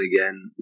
again